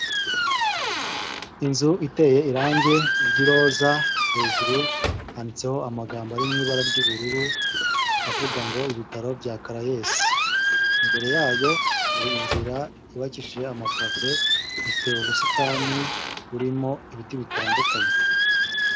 Inzu iteye irange ry'iroza, hejuru handitseho amagambo ari mu ibara ry'ubururu avuga ngo ibitaro bya Cares, imbere yayo hari inzira yubakishije amapave, ifite ubusitani burimo ibiti bitandukanye.